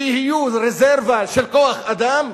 שיהיו רזרבה של כוח-אדם,